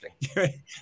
interesting